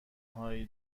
هایی